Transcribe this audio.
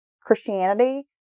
Christianity